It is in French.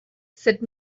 cette